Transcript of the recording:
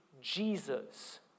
Jesus